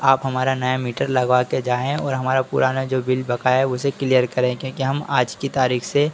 आप हमारा नया मीटर लगवाकर जाए और हमारा पुराना जो बिल बकाया उसे किलयर करें क्योंकि हम आज की तारीख से